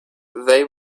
they